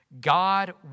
God